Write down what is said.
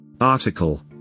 Article